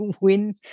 win